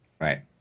Right